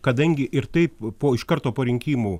kadangi ir taip po iš karto po rinkimų